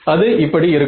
அது இப்படி இருக்கும்